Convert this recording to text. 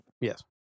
yes